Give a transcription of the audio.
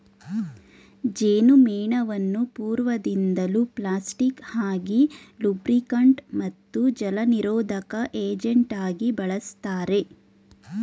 ಜೇನುಮೇಣವನ್ನು ಪೂರ್ವದಿಂದಲೂ ಪ್ಲಾಸ್ಟಿಕ್ ಆಗಿ ಲೂಬ್ರಿಕಂಟ್ ಮತ್ತು ಜಲನಿರೋಧಕ ಏಜೆಂಟಾಗಿ ಬಳುಸ್ತಾರೆ